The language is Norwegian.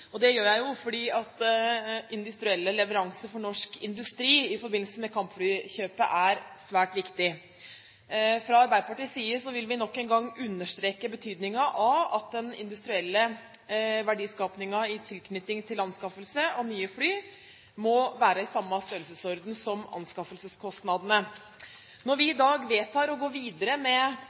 JSM. Det gjør jeg jo fordi industrielle leveranser for norsk industri i forbindelse med kampflykjøpet er svært viktig. Fra Arbeiderpartiets side vil vi nok en gang understreke betydningen av at den industrielle verdiskapingen i tilknytningen til anskaffelse av nye fly må være i samme størrelsesorden som anskaffelseskostnadene. Når vi i dag vedtar å gå videre med